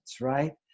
right